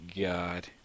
God